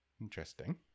Interesting